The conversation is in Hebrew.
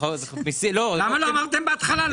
למה לא אמרתם בהתחלה?